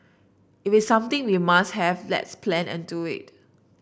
if it's something we must have let's plan and do it